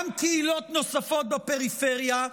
גם קהילות נוספות בפריפריה.